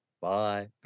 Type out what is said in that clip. Bye